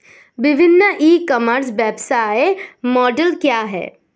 विभिन्न e commerce व्यवसाय model क्या हैं?